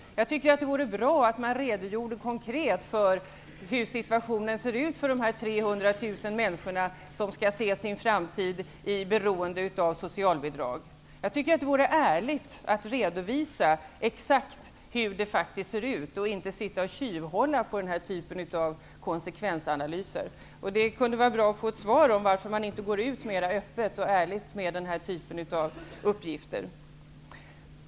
Jag tycker att det vore bra att man redogjorde konkret för hur situationen ser ut för de 300 000 människorna som skall se sin framtid i beroende av socialbidrag. Jag tycker att det vore ärligt att redovisa exakt hur det faktiskt ser ut och inte sitta och tjuvhålla på den sortens analyser. Det kunde vara bra att få ett svar på varför man inte går ut mera öppet och ärligt med den typen av uppgifter.